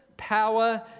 power